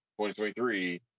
2023